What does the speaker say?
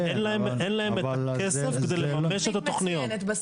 אין להן כסף לממש את התכניות.